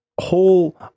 whole